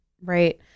Right